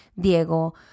Diego